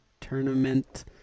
tournament